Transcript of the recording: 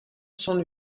sans